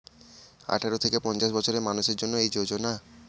আঠারো থেকে পঞ্চাশ বছরের মানুষের জন্য এই যোজনা